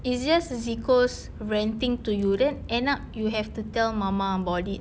it's just zeko's ranting to you then end up you have to tell mama about it